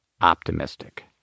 optimistic